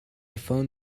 found